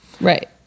right